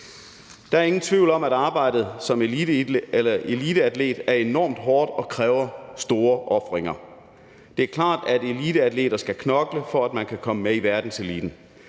Der er ingen tvivl om, at arbejdet som eliteatlet er enormt hårdt og kræver store ofre. Det er klart, at eliteatleter skal knokle, for at man kan komme med i verdenseliten.